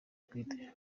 kwitesha